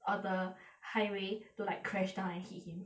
of the highway to like crash down and hit him